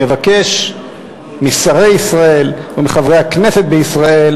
אני מבקש משרי ישראל ומחברי הכנסת בישראל